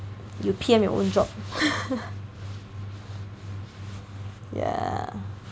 you P_M your own job yeah